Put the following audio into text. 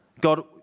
God